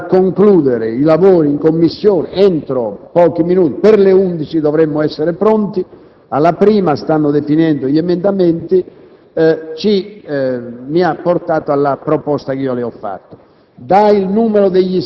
La necessità di far concludere i lavori in 1a Commissione entro pochi minuti - per le ore 11 dovremmo essere pronti, in quanto stanno definendo gli emendamenti - mi ha portato alla proposta che ho fatto.